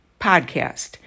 podcast